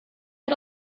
had